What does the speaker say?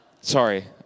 Sorry